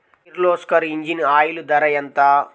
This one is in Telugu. కిర్లోస్కర్ ఇంజిన్ ఆయిల్ ధర ఎంత?